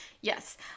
Yes